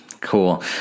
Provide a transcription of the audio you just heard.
Cool